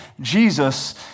Jesus